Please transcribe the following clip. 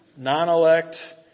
non-elect